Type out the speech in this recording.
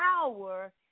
power